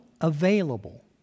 available